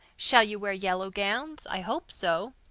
shall you wear yellow gowns? i hope so.